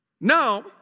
Now